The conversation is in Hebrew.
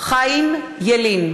חיים ילין,